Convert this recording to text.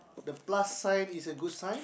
the plus sign is a good sign